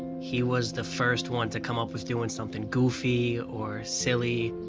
he was the first one to come up with doing something goofy or silly.